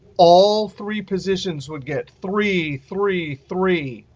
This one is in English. all three positions would get three, three, three,